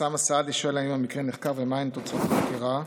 אוסאמה סעדי שואל אם המקרה נחקר ומהן תוצאות החקירה.